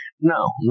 no